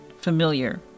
familiar